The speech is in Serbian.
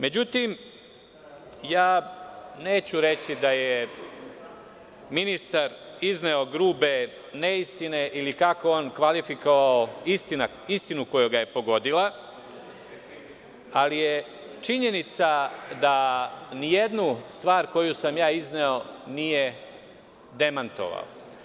Neću reći da je ministar izneo grube neistine ili, kako je on kvalifikovao – istinu koja ga je pogodila, ali je činjenica da nijednu stvar koju sam ja izneo nije demantovao.